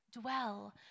Dwell